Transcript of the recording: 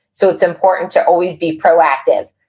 so it's important to always be proactive.